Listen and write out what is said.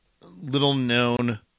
little-known